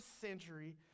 century